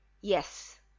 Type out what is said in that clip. yes